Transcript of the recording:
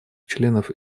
членов